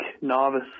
novice